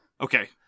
Okay